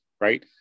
right